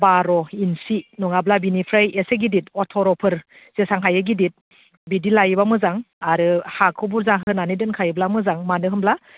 बार' इन्सि नङाब्ला बेनिफ्राय एसे गिदिर अथ्र'फोर जेसेबां हायो गिदिर बिदि लायोबा मोजां आरो हाखौ बुरजा होनानै दोनखायोब्ला मोजां मानो होनब्ला